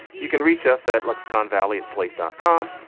you can reach us at lexicon valley at slate dot com.